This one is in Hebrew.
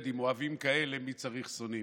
עודד, עם אוהבים כאלה, מי צריך שונאים?